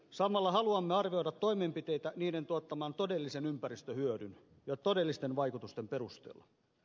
samalla haluamme arvioida toimenpiteitä niiden tuottaman todellisen ympäristöhyödyn ja todellisten vaikutusten perusteella